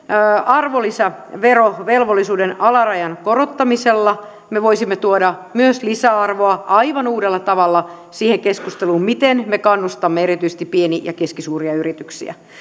arvonlisäverovelvollisuuden alarajan korottamisella me voisimme tuoda myös lisäarvoa aivan uudella tavalla siihen keskusteluun miten me kannustamme erityisesti pieniä ja keskisuuria yrityksiä